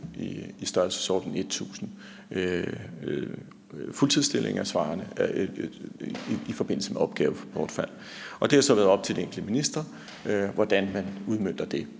i størrelsesordenen 1.000 fuldtidsstillinger i forbindelse med opgavebortfald. Det har så været op til den enkelte minister, hvordan man udmønter det,